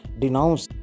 denounce